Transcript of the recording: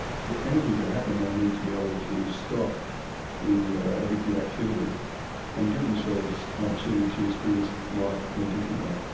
for anything to happen they need to be able to stop the addictive activity and give themselves an opportunity to experience life in a different way.